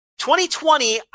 2020